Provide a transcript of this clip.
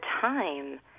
time